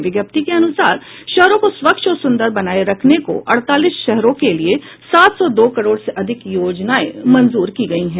विज्ञप्ति के अनुसार शहरों को स्वच्छ और सुन्दर बनाये रखने को अड़तालीस शहरों के लिए सात सौ दो करोड़ से अधिक की योजनाएं मंजूर की गयी है